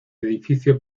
edificio